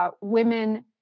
Women